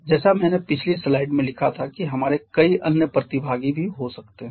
जैसे मैंने पिछली स्लाइड में लिखा था कि हमारे कई अन्य प्रतिभागी भी हो सकते हैं